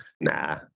Nah